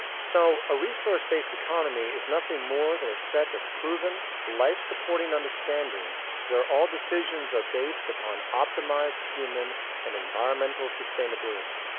so, a resource-based economy is nothing more than a set of proven, life supporting understandings where all decisions are based upon optimized human and environmental sustainability.